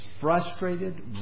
frustrated